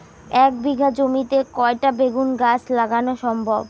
এক বিঘা জমিতে কয়টা বেগুন গাছ লাগানো সম্ভব?